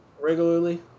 regularly